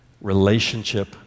relationship